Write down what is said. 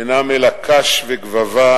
אינם אלא קש וגבבה,